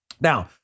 Now